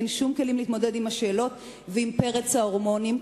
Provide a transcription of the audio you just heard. אין שום כלים להתמודד עם השאלות ועם פרץ ההורמונים,